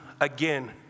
again